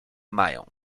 mają